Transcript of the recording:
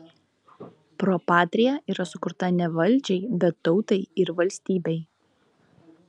pro patria yra sukurta ne valdžiai bet tautai ir valstybei